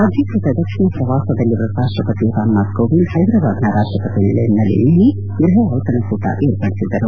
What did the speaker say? ಅಧಿಕೃತ ದಕ್ಷಿಣ ಪ್ರವಾಸದಲ್ಲಿರುವ ರಾಷ್ಟಪತಿ ರಾಮನಾಥ್ ಕೋವಿಂದ್ ಹೈದರಾಬಾದ್ನ ರಾಷ್ಟಪತಿ ನಿಲಯಂನಲ್ಲಿ ನಿನ್ನೆ ಗ್ಬಹ ಜಿತಣಕೂಟ ಏರ್ಪಡಿಸಿದ್ದರು